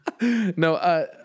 No